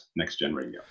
nextgenradio